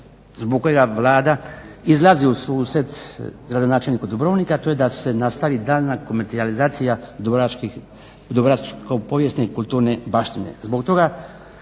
zbog kojega Vlada izlazi u susret gradonačelniku Dubrovnika, a to je da se nastavi daljnja komercijalizacija dubrovačko povijesne kulturne baštine.